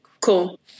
Cool